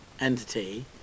entity